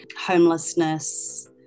homelessness